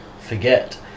forget